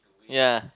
ya